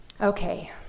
Okay